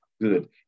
good